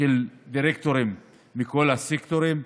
של דירקטורים מכל הסקטורים.